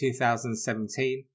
2017